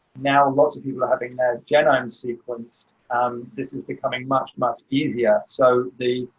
now lots of people are having their genomes sequenced. um, this is becoming much, much easier. so the,